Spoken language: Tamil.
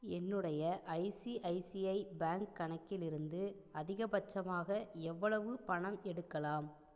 என்னுடைய ஐசிஐசிஐ பேங்க் கணக்கிலிருந்து அதிகபட்சமாக எவ்வளவு பணம் எடுக்கலாம்